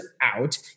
out